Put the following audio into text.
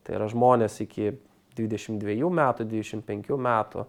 tai yra žmones iki dvidešim dvejų metų dvidešim penkių metų